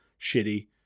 shitty